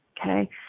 Okay